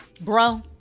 bro